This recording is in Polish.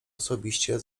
osobiście